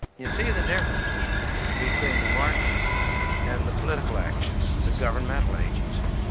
you see the difference between the market and the political action, the governmental agency.